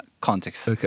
context